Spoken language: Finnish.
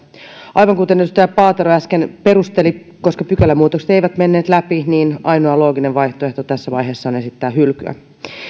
aivan kuten edustaja paatero äsken perusteli koska pykälämuutokset eivät menneet läpi niin ainoa looginen vaihtoehto tässä vaiheessa on esittää hylkyä